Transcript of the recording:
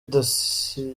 diyoseze